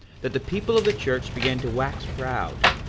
that the people of the church began to wax proud,